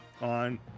on